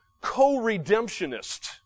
co-redemptionist